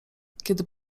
kiedy